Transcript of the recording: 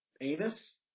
anus